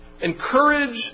encourage